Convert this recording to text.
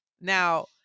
now